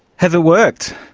has it worked?